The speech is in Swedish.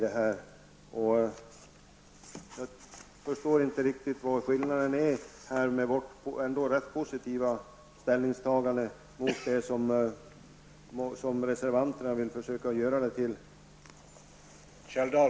Jag förstår inte riktigt skillnaden mellan vårt ändå ganska positiva ställningstagande och det som reservanterna vill försöka göra det till.